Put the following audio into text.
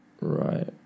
Right